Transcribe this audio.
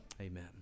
Amen